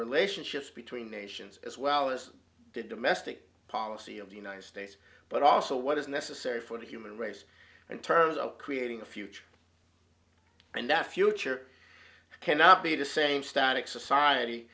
relationships between nations as well as the domestic policy of the united states but also what is necessary for the human race in terms of creating a future and that future cannot be the same static society